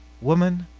woman?